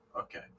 Okay